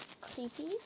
creepy